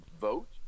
vote